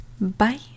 bye